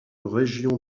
région